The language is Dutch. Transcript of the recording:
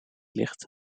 ligt